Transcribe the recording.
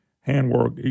handwork